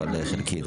אבל חלקית.